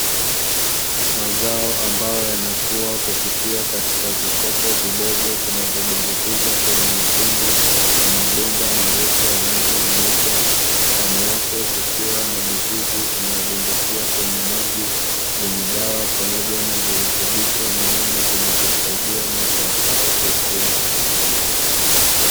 Mazao ambayo yanakua katika vikopo vyekundu vinavyodumbukizwa kwenye kwenye matundu ya mabomba ya rangi nyeupe. Ndani yake kukiwa na mizizi inayodumbukia kwenye maji yaliyo na dawa pamoja na virutubisho muhimu vinavyosaidia mimiea kukua.